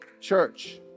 church